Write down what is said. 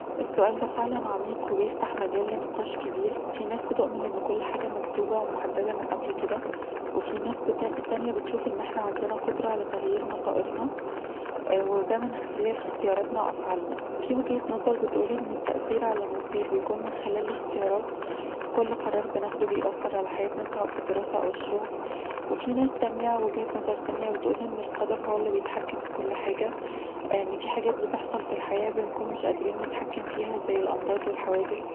السؤال ده فعلاً عميق وبيفتح مجال لنقاش كبير. فيه ناس بتؤمن إن كل حاجة مكتوبة ومحدده من قبل كده وفيه ناس تانية بتشوف إن إحنا عندنا قدرة على تغيير مصائرنا وده من خلال اختياراتنا وأفعالنا، فيه وجهة نظر بتقول ان التأثير على المصير بيكون من خلال الاختيارات كل قرار بناخده بيأثر على حياتنا، سواء في الدراسة، او الشغل، وفيه ناس تانيه وجهة نظر تانيه بتقول ان القدر هو اللي بيتحكم في كل حاجه ان فيه حاجات بتحصل في الحياه بنكون مش قادرين نتحكم فيها زي الامراض والحوادث